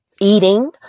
eating